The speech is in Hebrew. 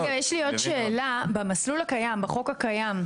יש לי עוד שאלה, במסלול הקיים, בחוק הקיים,